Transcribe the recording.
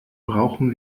brauchen